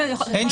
אין